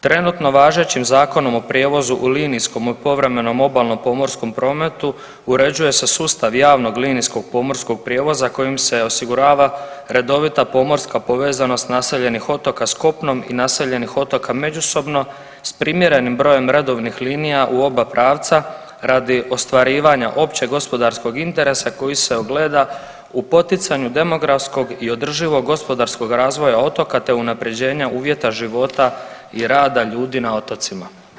Trenutno važećim Zakonom o prijevozu u linijskom i povremenom obalnom pomorskom prometu uređuje se sustav javnog linijskog pomorskog prijevoza kojim se osigurava redovita pomorska povezanost naseljenih otoka sa kopnom i naseljenih otoka međusobno s primjerenim brojem redovnih linija u oba pravca radi ostvarivanja općeg gospodarskog interesa koji se ogleda u poticanju demografskog i održivog gospodarskog razvoja otoka, te unapređenja uvjeta života i rada ljudi na otocima.